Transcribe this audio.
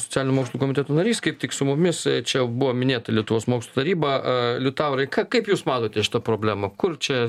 socialinių mokslų komiteto narys kaip tik su mumis čia buvo minėta lietuvos mokslų taryba liutaurai kaip jūs matote šitą problemą kur čia